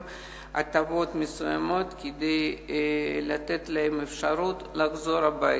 הטבות מסוימות כדי לתת להם אפשרות לחזור הביתה.